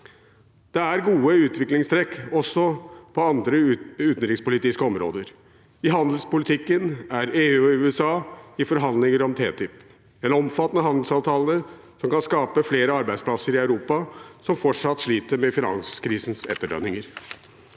Det er gode utviklingstrekk også på andre utenrikspolitiske områder. I handelspolitikken er EU og USA i forhandlinger om TTIP, en omfattende handelsavtale som kan skape flere arbeidsplasser i et Europa som fortsatt sliter med finanskrisens etterdønninger.